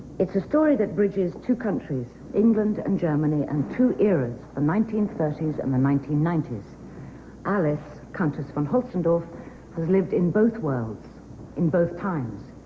it's a story that bridges two countries england and germany and two eras the nineteen thirty s and the nineteen ninety s alice countess von holzendorf has lived in both worlds in both times